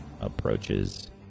approaches